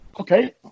Okay